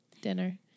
dinner